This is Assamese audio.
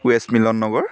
ৱেষ্ট মিলন নগৰ